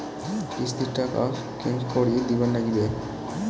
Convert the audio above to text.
কিস্তির টাকা কেঙ্গকরি দিবার নাগীবে?